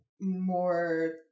more